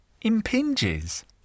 Impinges